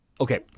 okay